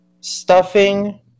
stuffing